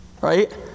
Right